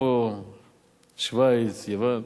אפרופו שווייץ, יוון,